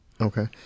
okay